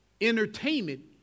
entertainment